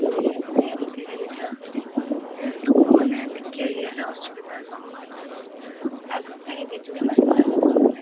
ଏ ଗୋଟେ ଏମିତି ଜିନିଷ ଯେ ଲୋକମାନେ ଟିକେ ଇଏ ହେଲେ ଅସୁବିଧା ସମ୍ମୁଖୀନ ହେଉଛନ୍ତି ଆଗ କାଳେ ବିଜୁଳି ନଥିଲା ଲୋକମାନେ